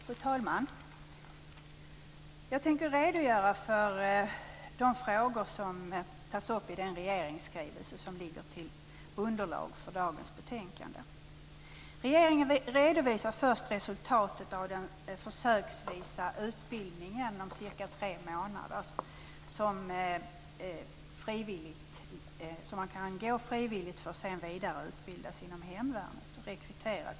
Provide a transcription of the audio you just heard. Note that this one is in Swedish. Fru talman! Jag tänker redogöra för de frågor som tas upp i den regeringsskrivelse som utgör underlag för dagens betänkande. Regeringen redovisar först resultatet av den försöksvisa utbildning om cirka tre månader som man efter rekrytering från hemvärnet frivilligt kan genomgå. Därefter kan vidareutbildning ske inom hemvärnet.